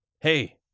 hey